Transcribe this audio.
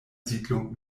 siedlung